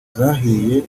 zahiye